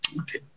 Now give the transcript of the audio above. Okay